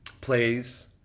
plays